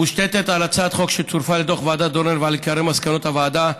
מושתתת על הצעת החוק שצורפה לדוח ועדת דורנר ועל עיקרי מסקנות הוועדה,